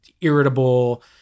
irritable